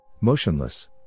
Motionless